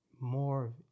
more